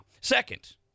Second